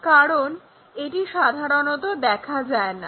কারণ এটি সাধারণত দেখা যায় না